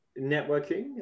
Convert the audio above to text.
networking